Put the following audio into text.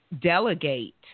delegate